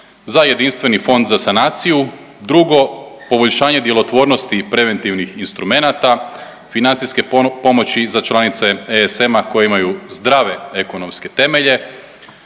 za jedinstveni fond za sanaciju, drugo poboljšanje djelotvornosti preventivnih instrumenata financijske pomoći za članice ESM-a koje imaju zdrave ekonomske temelje,